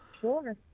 Sure